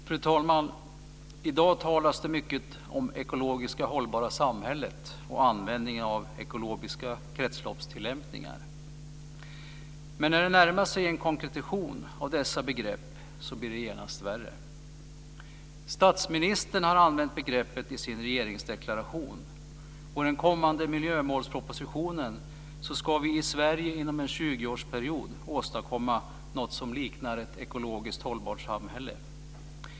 Fru talman! I dag talas det mycket om det ekologiskt hållbara samhället och om ekologiska kretsloppstillämpningar. Men när det närmar sig en konkretion av dessa begrepp blir det genast värre. Statsministern har använt begreppet i sin regeringsdeklaration, och enligt den kommande miljömålspropositionen ska vi i Sverige inom en 20-årsperiod åstadkomma något som liknar ett ekologiskt hållbart samhälle.